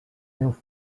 meu